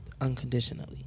unconditionally